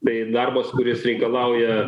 tai darbas kuris reikalauja